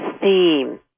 theme